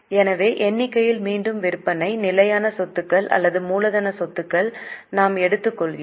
எனவே எண்ணிக்கையில் மீண்டும் விற்பனை நிலையான சொத்துக்கள் அல்லது மூலதன சொத்துக்களை நாம் எடுத்துக் கொள்கிறோம்